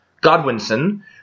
Godwinson